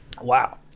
wow